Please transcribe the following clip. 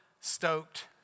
stoked